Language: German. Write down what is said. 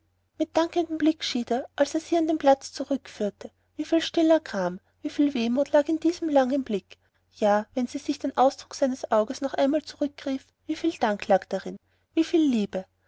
mit dankendem blick schied er als er sie an den platz zurückführte wieviel stiller gram wieviel wehmut lag in diesem langen blick ja wenn sie sich den ausdruck seines auges noch einmal zurückrief wieviel dank lag darin wieviel lie sie